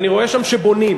ואני רואה שם שבונים,